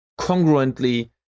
congruently